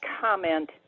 comment